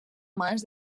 mans